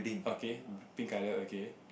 okay pink colour okay